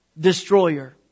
destroyer